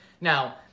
Now